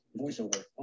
Voiceover